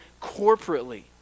corporately